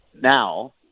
now